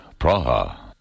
Praha